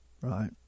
right